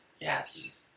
Yes